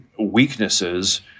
weaknesses